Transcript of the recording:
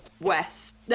west